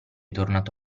tornato